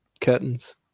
curtains